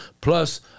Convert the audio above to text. Plus